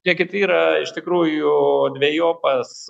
žiūrėkit yra iš tikrųjų dvejopas